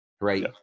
right